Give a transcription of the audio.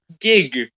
gig